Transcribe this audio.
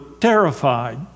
terrified